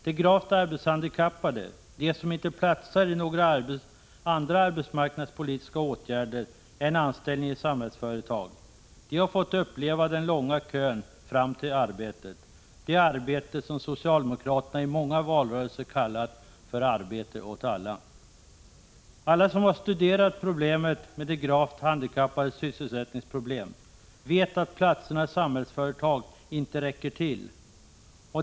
De gravt arbetshandikappade, de som inte platsar i några andra arbetsmarknadspolitiska åtgärder än för anställning i Samhällsföretag, har fått uppleva den långa kön fram till arbetet, det arbete som socialdemokraterna i många valrörelser kallat för ”arbete åt alla”. Alla som har studerat problemet med de gravt handikappades sysselsättningsproblem vet att platserna i Samhällsföretag inte räcker till.